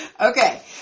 okay